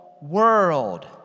world